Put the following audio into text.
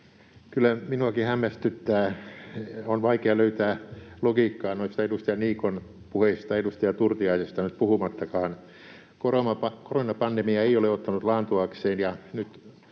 Kyllä minuakin hämmästyttää. On vaikea löytää logiikkaa noista edustaja Niikon puheista, edustaja Turtiaisesta nyt puhumattakaan. Koronapandemia ei ole ottanut laantuakseen,